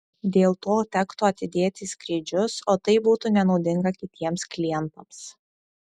dėl to tektų atidėti skrydžius o tai būtų nenaudinga kitiems klientams